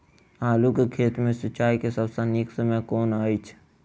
आलु केँ खेत मे सिंचाई केँ सबसँ नीक समय कुन अछि?